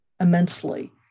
immensely